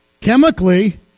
Chemically